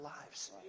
lives